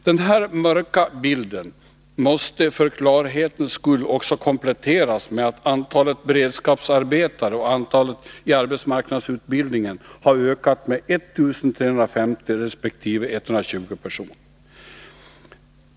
Denna mörka bild måste för klarhetens skull också kompletteras med att antalet beredskapsarbetare och antalet i arbetsmarknadsutbildningen har ökat med 1350 resp. 120 personer.